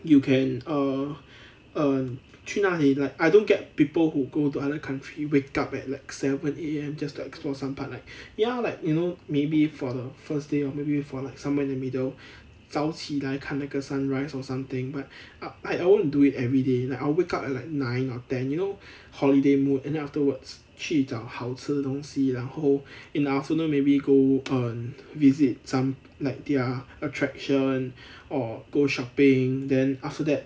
you can err err 去那里 like I don't get people who go to other country wake up at like seven A_M just to explore some part like ya like you know maybe for the first day or maybe for like somewhere in the middle 早起来看那个 sunrise or something but I won't do it everyday like I'll wake up at like nine or ten you know holiday mood and afterwards 去找好吃的东西然后 in the afternoon maybe go um visit some like their attraction or go shopping then after that